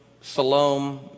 Salome